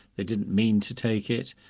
they didn't mean to take it.